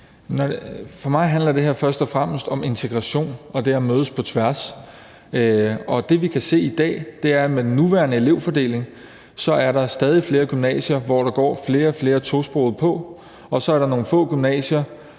For mig handler det her først og fremmest om integration og det at mødes på tværs. Og det, vi kan se i dag, er, at der med den nuværende elevfordeling er stadig flere gymnasier, hvor der går flere og flere tosprogede, og så er der nogle få gymnasier,